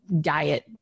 diet